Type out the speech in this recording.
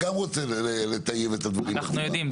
אנחנו יודעים.